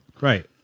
Right